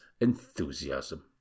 enthusiasm